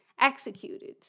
executed